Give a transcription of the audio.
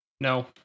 No